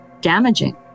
damaging